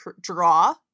draw